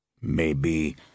Maybe